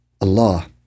Allah